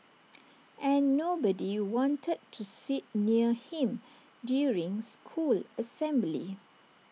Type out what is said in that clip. and nobody wanted to sit near him during school assembly